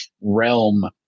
realm